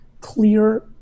clear